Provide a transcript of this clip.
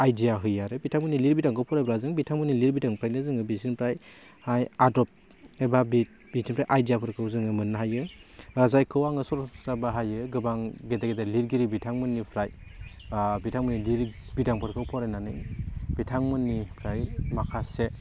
idea होयो आरो बिथांमोननि लिरबिदांखौ फरायोब्ला जों बिथांमोनननि लिरबिदांनिफ्राइनो जोङो बिसोरनिफ्राइ आदब एबा बिथांमोननिफ्राइ आइडियाफोरखौ जो मोन्नो हायो जायखौ आङो सरासमस्रा बाहायो गोबां गेदेर गेदेर लिरगिरि बिथांमोनिफ्राइ बिथांमोननि लिरबिदांफोरखौ फरायनानै बिथांमोननिफ्राइ माखासे